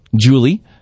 Julie